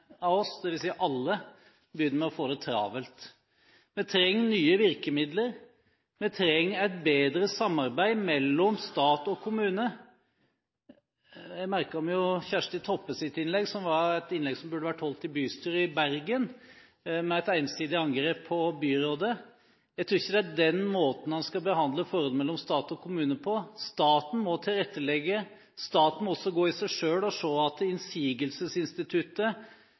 av oss – dvs. alle – som begynner å få det travelt. Vi trenger nye virkemidler, vi trenger et bedre samarbeid mellom stat og kommune. Jeg merket meg Kjersti Toppes innlegg, som var et innlegg som burde vært holdt i bystyret i Bergen, med et ensidig angrep på byrådet. Jeg tror ikke det er den måten en skal behandle forholdet mellom stat og kommune på. Staten må tilrettelegge, staten må også gå i seg selv og se at innsigelsesinstituttet